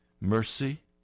mercy